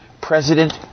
President